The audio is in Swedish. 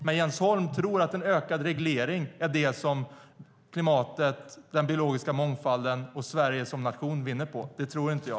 Jens Holm tror att en ökad reglering är det som klimatet, den biologiska mångfalden och Sverige som nation vinner på. Det tror inte jag.